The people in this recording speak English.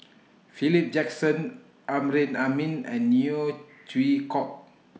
Philip Jackson Amrin Amin and Neo Chwee Kok